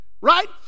Right